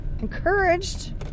encouraged